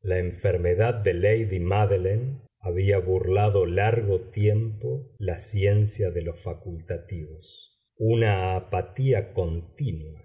la enfermedad de lady mádeline había burlado largo tiempo la ciencia de sus facultativos una apatía continua